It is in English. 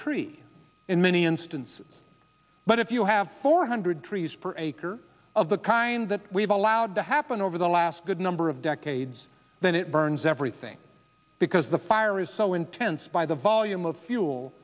tree in many instances but if you have four hundred trees per acre of the kind that we've allowed to happen over the last good number of decades then it burns everything because the fire is so intense by the volume of fuel